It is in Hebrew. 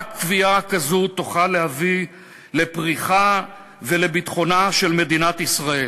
רק קביעה כזו תוכל להביא לפריחה ולביטחון למדינת ישראל.